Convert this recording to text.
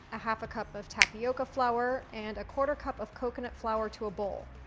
a half a cup of tapioca flour and a quarter cup of coconut flour to a bowl.